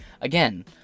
Again